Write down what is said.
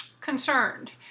concerned